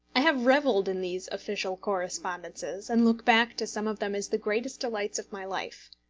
i have revelled in these official correspondences, and look back to some of them as the greatest delights of my life.